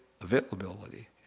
availability